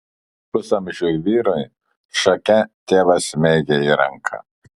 pusamžiui vyrui šake tėvas smeigė į ranką